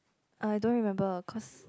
I don't remember cause